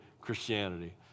Christianity